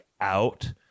out